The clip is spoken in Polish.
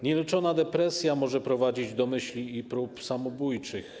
Nieleczona depresja może prowadzić do myśli i prób samobójczych.